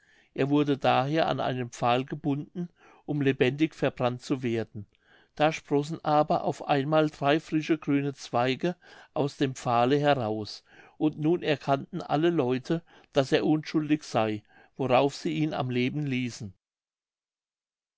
er wurde daher an einen pfahl gebunden um lebendig verbrannt zu werden da sprossen aber auf einmal drei frische grüne zweige aus dem pfahle heraus und nun erkannten alle leute daß er unschuldig sey worauf sie ihn am leben ließen